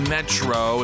Metro